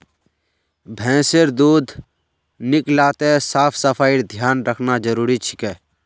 भैंसेर दूध निकलाते साफ सफाईर ध्यान रखना जरूरी छिके